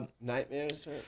nightmares